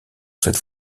cette